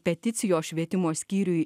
peticijos švietimo skyriui